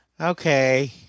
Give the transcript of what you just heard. okay